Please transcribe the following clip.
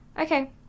okay